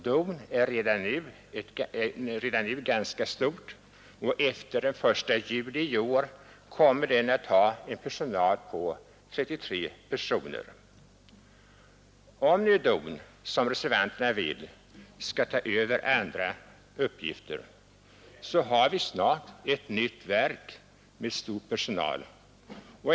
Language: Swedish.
DON är redan nu ganska stor, och efter den 1 juli i år kommer den att ha en personal på 33 personer. Om DON, som reservanterna vill, skall ta över andra uppgifter, har vi snart ett nytt verk med stor personal.